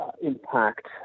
impact